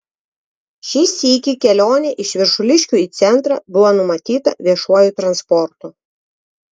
šį sykį kelionė iš viršuliškių į centrą buvo numatyta viešuoju transportu